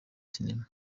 sinema